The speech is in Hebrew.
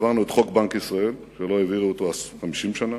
העברנו את חוק בנק ישראל, שלא העבירו אותו 50 שנה.